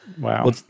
Wow